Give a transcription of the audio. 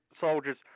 soldiers